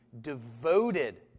devoted